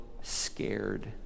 scared